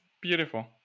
beautiful